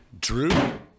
Drew